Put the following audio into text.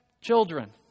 children